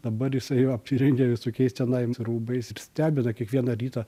dabar jisai apsirengia visokiais tenai rūbais ir stebina kiekvieną rytą